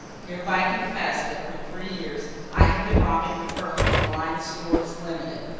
hereby confess that for three years i have been robbing the firm of lyne's stores, limited,